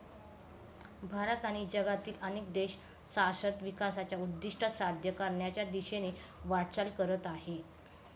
भारत आणि जगातील अनेक देश शाश्वत विकासाचे उद्दिष्ट साध्य करण्याच्या दिशेने वाटचाल करत आहेत